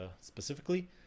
specifically